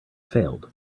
failed